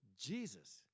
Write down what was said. Jesus